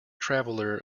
traveller